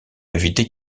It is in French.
éviter